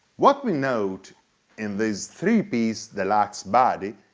what we note in this three piece deluxe body,